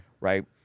Right